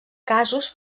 casos